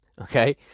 okay